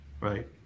Right